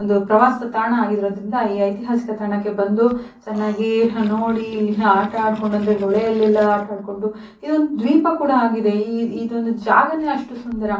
ಒಂದು ಪ್ರವಾಸ ತಾಣ ಆಗಿರೋದರಿಂದ ಈ ಐತಿಹಾಸಿಕ ತಾಣಕ್ಕೆ ಬಂದು ಚೆನ್ನಾಗಿ ಹ ನೋಡಿ ಇಲ್ಲಿ ಆಟ ಆಡಿಕೊಂಡು ಅಂದರೆ ಹೊಳೆಯಲ್ಲೆಲ್ಲ ಆಟ ಆಡಿಕೊಂಡು ಇದೊಂದು ದ್ವೀಪ ಕೂಡ ಆಗಿದೆ ಈ ಇದೊಂದು ಜಾಗನೇ ಅಷ್ಟು ಸುಂದರ